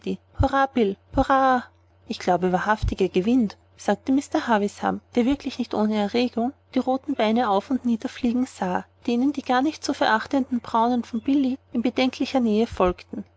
ich glaube wahrhaftig er gewinnt sagte mr havisham der wirklich nicht ohne erregung die roten beine auf und nieder fliegen sah denen die gar nicht zu verachtenden braunen von billy in bedenklicher nähe folgten